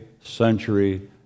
century